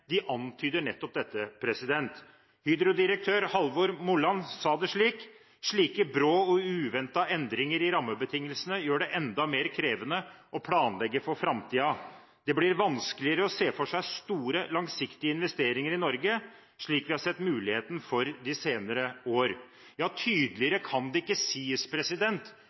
de antyder nettopp dette. Hydro-direktør Halvor Molland sa det slik: «Slike brå og uventede endringer i rammebetingelsene gjør det enda mer krevende å planlegge for fremtiden. Det blir vanskeligere å se for seg store, langsiktige investeringer i Norge – slik vi har sett muligheter for de senere årene.» Tydeligere kan det ikke sies